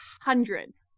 hundreds